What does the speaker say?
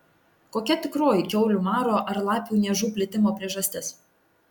kokia tikroji kiaulių maro ar lapių niežų plitimo priežastis